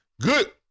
Good